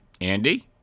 Andy